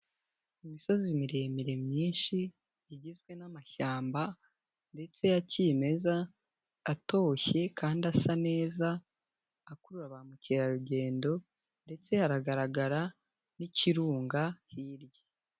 Imisozi miremire myinshi igizwe n'amashyamba ndetse ya kimeza, atoshye kandi asa neza, akurura ba mukerarugendo ndetse hagaragara n'ikirunga hirya.